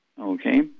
Okay